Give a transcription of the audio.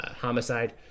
Homicide